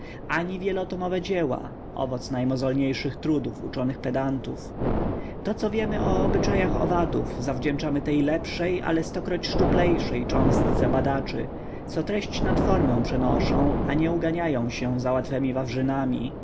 ani wielotomowe dzieła owoc najmozolniejszych trudów uczonych pedantów to co wiemy o obyczajach owadów zawdzięczamy tej lepszej ale stokroć szczuplejszej cząstce badaczy co treść nad formę przenoszą a nie uganiając się za łatwemi wawrzynami